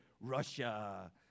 Russia